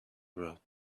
wrote